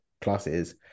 classes